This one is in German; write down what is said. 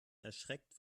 erschreckt